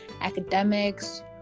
academics